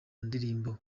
ndirimbo